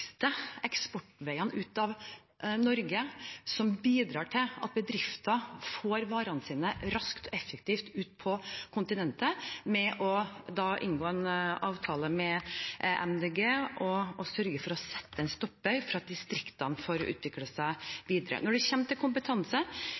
bidrar til at bedrifter får varene sine raskt og effektivt ut på kontinentet – ved å inngå en avtale med MDG og sørge for å sette en stopper for at distriktene får utvikle seg